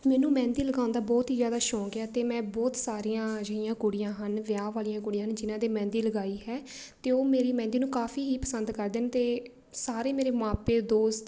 ਮੈਨੂੰ ਮਹਿੰਦੀ ਲਗਾਉਣ ਦਾ ਬਹੁਤ ਹੀ ਜ਼ਿਆਦਾ ਸ਼ੌਕ ਆ ਅਤੇ ਮੈਂ ਬਹੁਤ ਸਾਰੀਆਂ ਅਜਿਹੀਆਂ ਕੁੜੀਆਂ ਹਨ ਵਿਆਹ ਵਾਲੀਆਂ ਕੁੜੀਆਂ ਹਨ ਜਿਨ੍ਹਾਂ ਦੇ ਮਹਿੰਦੀ ਲਗਾਈ ਹੈ ਅਤੇ ਉਹ ਮੇਰੀ ਮਹਿੰਦੀ ਨੂੰ ਕਾਫੀ ਹੀ ਪਸੰਦ ਕਰਦੇ ਨੇ ਅਤੇ ਸਾਰੇ ਮੇਰੇ ਮਾਂ ਪਿਉ ਦੋਸਤ